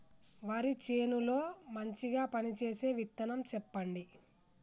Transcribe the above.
వరి చేను లో మంచిగా పనిచేసే విత్తనం చెప్పండి?